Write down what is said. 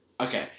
okay